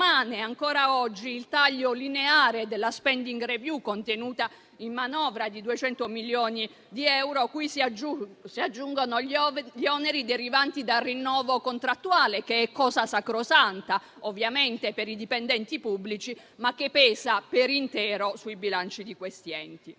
permane ancora oggi il taglio lineare della spending review, contenuta in manovra, di 200 milioni di euro, cui si aggiungono gli oneri derivanti dal rinnovo contrattuale, che è cosa sacrosanta, ovviamente, per i dipendenti pubblici, ma che pesa per intero sui bilanci di questi enti.